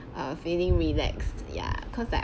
err feeling relax ya cause